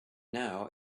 now